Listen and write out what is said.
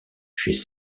chez